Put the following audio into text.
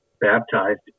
baptized